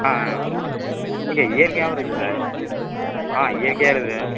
ஆ ஆ ஆ ஓகே இயற்கையாகவும் இருக்குது சார் ஆ இயற்கையாக இருக்குது